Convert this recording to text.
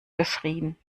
geschrieben